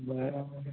બરાબર